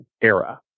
era